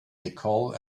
nicole